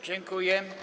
Dziękuję.